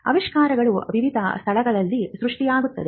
ಆವಿಷ್ಕಾರಗಳು ವಿವಿಧ ಸ್ಥಳಗಳಲ್ಲಿ ಸೃಷ್ಟಿಯಾಗುತ್ತವೆ